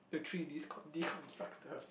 the three D deconstructors